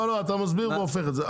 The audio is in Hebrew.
לא, אתה מסביר והופך את זה.